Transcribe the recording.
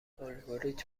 الگوریتم